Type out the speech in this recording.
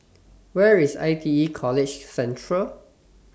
Where IS I T E College Central